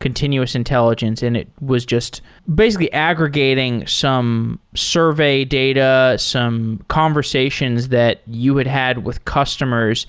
continuous intelligence, and it was just basically aggregating some survey data, some conversations that you've had had with customers.